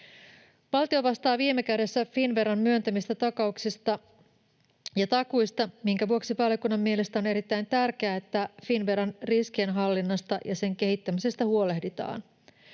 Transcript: Valtio vastaa viime kädessä Finnveran myöntämistä takauksista ja takuista, minkä vuoksi valiokunnan mielestä on erittäin tärkeää, että Finnveran riskienhallinnasta ja sen kehittämisestä huolehditaan.